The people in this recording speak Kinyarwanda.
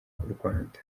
rwanda